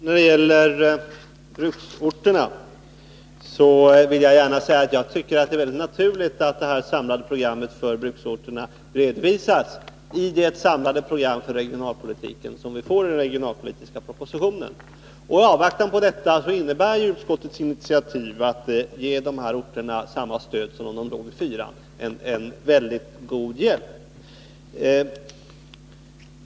Fru talman! Jag tycker det är naturligt att det samlade programmet för bruksorterna redovisas i det samlade program för regionalpolitiken som vi får i den regionalpolitiska propositionen. I avvaktan på den innebär utskottets initiativ att ge dessa orter ett stöd som om de vore inplacerade i stödområde 4 en mycket god hjälp.